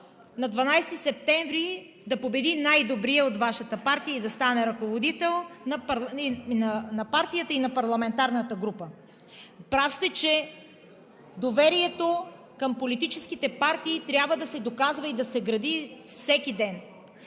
на 12 септември да победи най-добрият от Вашата партия и да стане ръководител на партията и на парламентарната група. Прав сте, че доверието към политическите партии трябва да се доказва и да се гради всеки ден,